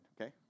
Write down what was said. okay